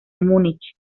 múnich